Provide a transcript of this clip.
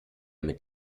mit